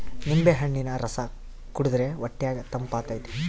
ನಿಂಬೆಹಣ್ಣಿನ ರಸ ಕುಡಿರ್ದೆ ಹೊಟ್ಯಗ ತಂಪಾತತೆ